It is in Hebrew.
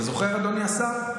אתה זוכר, אדוני השר?